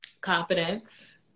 Confidence